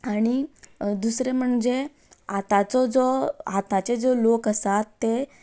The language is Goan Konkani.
आनी दुसरें म्हणजे आतांचो जो आतांचे जो लोक आसात ते